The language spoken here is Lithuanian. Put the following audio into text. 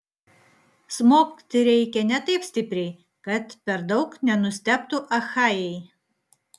smogti reikia ne taip stipriai kad per daug nenustebtų achajai